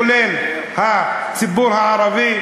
כולל הציבור הערבי?